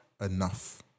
enough